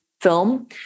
film